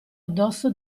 addosso